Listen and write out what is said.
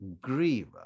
grieve